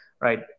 right